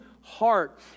heart